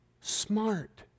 smart